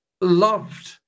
loved